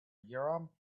urim